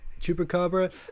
chupacabra